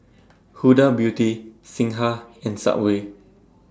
Huda Beauty Singha and Subway